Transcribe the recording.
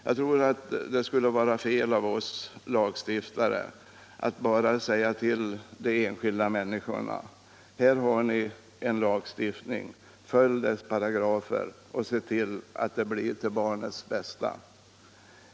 Jag tror att det skulle vara fel av oss lagstiftare att bara säga till de enskilda människorna: Här har vi en lagstiftning — följ dess paragrafer och se till att det blir till barnets bästa!